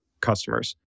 customers